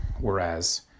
Whereas